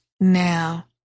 now